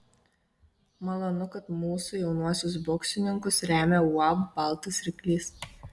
malonu kad mūsų jaunuosius boksininkus remia uab baltas ryklys